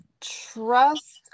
Trust